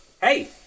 Hey